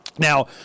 Now